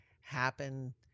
happen